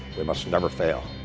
we must never fail.